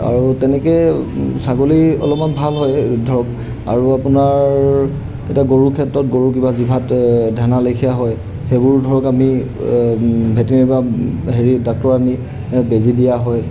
আৰু তেনেকৈ ছাগলী অলপমান ভাল হয় ধৰক আৰু আপোনাৰ এতিয়া গৰুৰ ক্ষেত্ৰত গৰু কিবা জিভাত ধেনা লেখীয়া হয় সেইবোৰ ধৰক আমি ভেটেৰিনেৰীৰ পৰা হেৰি ডাক্টৰ আনি বেজি দিয়া হয়